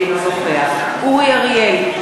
אינו נוכח אורי אריאל,